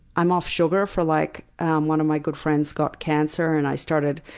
i'm off sugar for like one of my good friends got cancer, and i started,